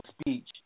speech